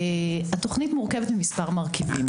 התוכנית מורכבת ממספר מרכיבים.